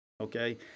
Okay